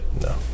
No